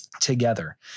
together